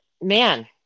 man